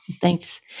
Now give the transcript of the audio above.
thanks